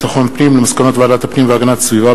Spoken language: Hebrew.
התייחסות השר לביטחון הפנים למסקנות ועדת הפנים והגנת הסביבה